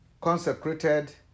consecrated